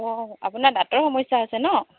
অঁ আপোনাৰ দাঁতৰ সমস্যা হৈছে ন